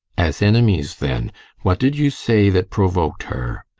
as enemies then what did you say that provoked her?